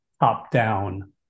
top-down